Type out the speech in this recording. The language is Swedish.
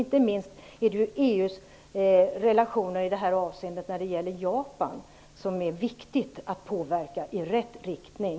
Inte minst viktigt är det att påverka EU:s relationer till Japan i det här avseendet i rätt riktning.